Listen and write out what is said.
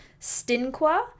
Stinqua